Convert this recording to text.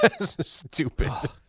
Stupid